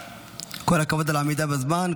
כל הכבוד על העמידה בזמן,